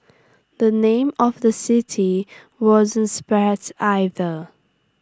the name of the city wasn't spared either